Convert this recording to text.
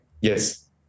Yes